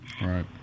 Right